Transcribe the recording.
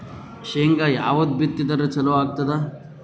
ಶೇಂಗಾ ಯಾವದ್ ಬಿತ್ತಿದರ ಚಲೋ ಆಗತದ?